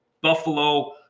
Buffalo